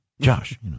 Josh